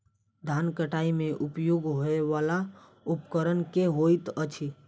धान कटाई मे उपयोग होयवला उपकरण केँ होइत अछि?